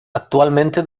actualmente